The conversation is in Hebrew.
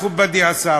מכובדי השר.